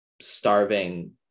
starving